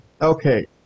Okay